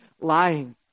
lying